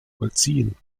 vollziehen